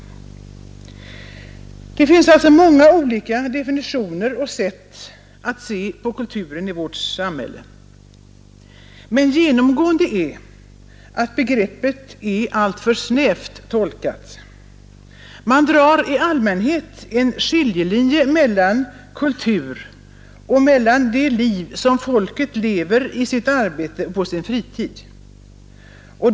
Det finns alltså många olika definitioner och sätt att se på kultur i vårt samhälle. Men genomgående är att begreppet är alltför snävt tolkat. Man drar i allmänhet en skiljelinje mellan kultur och det liv som folket lever i sitt arbete och på sin fritid.